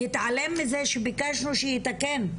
יתעלם מזה שביקשנו שייתקן,